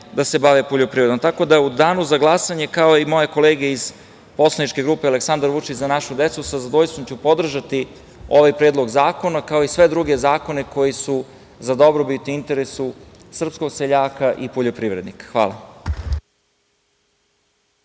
da se bave poljoprivredom.U danu za glasanje, kao i moje kolege iz poslaničke grupe „Aleksandar Vučić – Za našu decu“ sa zadovoljstvom ću podržati ovaj predlog zakona, kao i sve druge zakone koji su za dobrobit i u interesu srpskog seljaka i poljoprivrednika. Hvala.